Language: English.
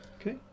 Okay